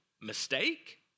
mistake